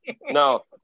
No